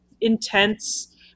intense